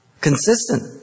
consistent